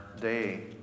day